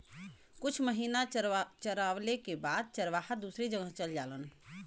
कुछ महिना चरवाले के बाद चरवाहा दूसरी जगह चल जालन